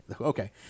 Okay